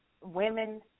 women